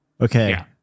Okay